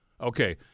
Okay